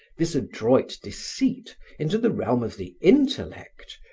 this adroit deceit into the realm of the intellect,